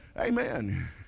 Amen